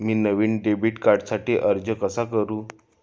मी नवीन डेबिट कार्डसाठी अर्ज कसा करू?